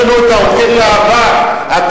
יש לנו האורחים, ועדת החקירה, .